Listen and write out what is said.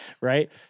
right